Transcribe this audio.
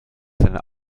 seine